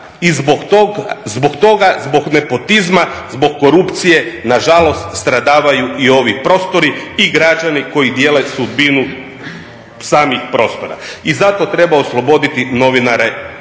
i zbog toga, zbog nepotizma, zbog korupcije nažalost stradavaju i ovi prostori i građani koji dijele sudbinu samih prostora. I zato treba osloboditi novinare